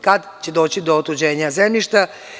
Kad će doći do otuđenja zemljišta?